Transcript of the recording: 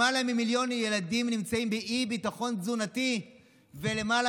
למעלה ממיליון ילדים נמצאים באי-ביטחון תזונתי ולמעלה